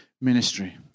ministry